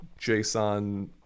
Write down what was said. JSON